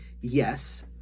yes